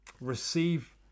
Receive